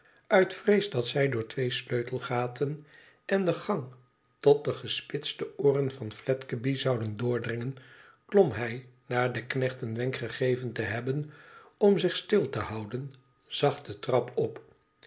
uit vrees dat sij door twee sleutelgaten en de gang tot de gespitste ooren van fledgeby zouden doordringen klom hij na den knecht een wenk gegeven te hebben om zich stil te houden zacht de trap op